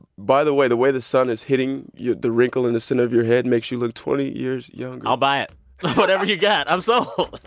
by the way, the way the sun is hitting you the wrinkle in the center of your head makes you look twenty years younger i'll buy it whatever you got, i'm so